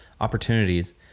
Opportunities